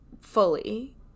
fully